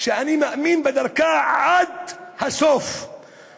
שאני מאמין בדרכה עד הסוף,